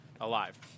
alive